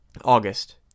August